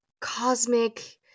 cosmic